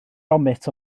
gromit